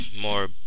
more